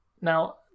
Now